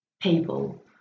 people